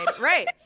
right